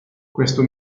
questo